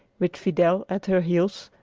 with fidel at her heels,